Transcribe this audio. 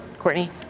Courtney